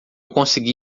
consegui